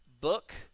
book